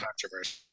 controversy